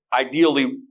ideally